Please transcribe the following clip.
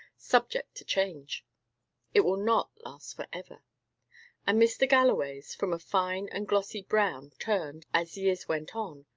subject to change it will not last for ever and mr. galloway's, from a fine and glossy brown, turned, as years went on,